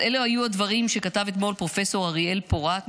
אלו היו הדברים שכתב אתמול פרופ' אריאל פורת,